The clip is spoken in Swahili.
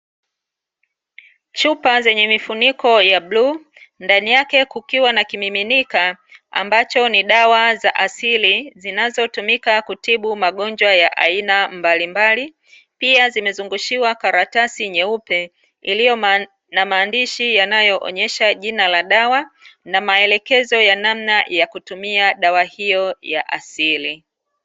Chupa zenye mifuniko ya bluu ndani yake kukiwa na kimiminika ambacho ni dawa ya asili, zinazotumika kutibu magonjwa ya aina mbalimbali, pia zimezungushiwa karatasi nyeupe iliyo na maandishi yanayoonyesha jina la dawa na maelekezo ya namna ya kutumia dawa hiyo ya asili.